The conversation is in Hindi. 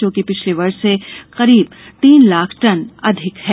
जो कि पिछले वर्ष से करीब तीन लाख टन अधिक है